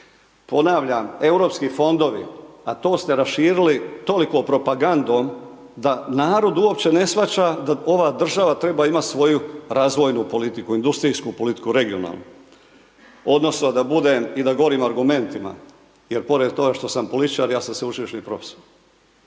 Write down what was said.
Ponavljam, Europski fondovi, a to ste raširili toliko propagandom da narod uopće ne shvaća da ova država treba imat svoju razvojnu politiku, industrijsku politiku, regionalnu odnosno da budem i da govorim argumentima, jer pored toga što sam političar, ja sam sveučilišni profesor.